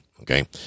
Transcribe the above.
Okay